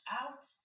out